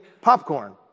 popcorn